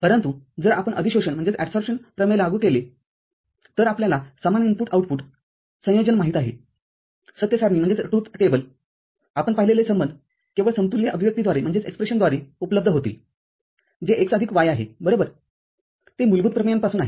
परंतु जर आपण अधिशोषणप्रमेय लागू केले तरआपल्याला समान इनपुट आउटपुट संयोजन माहित आहे सत्य सारणीआपण पाहिलेले संबंध केवळ समतुल्य अभिव्यक्तीद्वारे उपलब्ध होतील जे x आदिक y आहे बरोबरते मूलभूत प्रमेयांपासून आहे